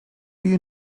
you